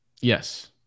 Yes